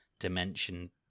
dimension